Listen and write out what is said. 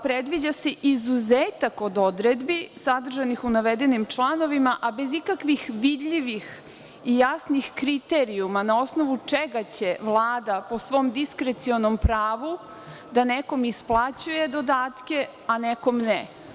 Predviđa se izuzetak od odredbi sadržanih u navedenim članovima, a bez ikakvih vidljivih i jasnih kriterijuma na osnovu čega će Vlada po svim diskrecionom pravu da nekom isplaćuje dodatke, a nekom ne.